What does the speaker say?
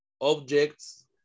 objects